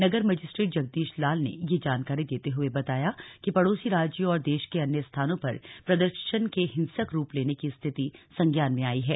नगर magistrate Jagdish Lal ने जानकारी देते हुए बताया कि पड़ोसी राज्यों और देश के अन्य स्थनों पर प्रदर्शन के हिंसक रूप लेने की स्थिति संज्ञान में आई है